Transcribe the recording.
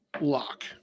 lock